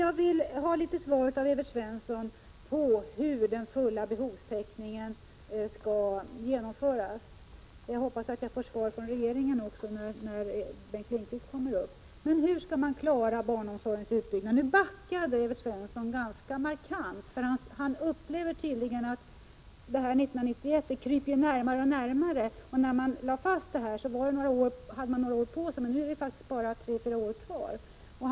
Jag vill ha svar från Evert Svensson på frågan hur den fulla behovstäckningen skall genomföras. Jag hoppas att jag får svar från regeringen också när Bengt Lindqvist kommer upp i talarstolen. Hur skall man klara utbyggnaden av barnomsorgen? Evert Svensson backade ganska markant. Han upplever tydligen att år 1991 kryper närmare och närmare. När beslutet fattades hade man några år på sig, men nu är det faktiskt bara tre-fyra år kvar.